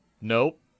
Nope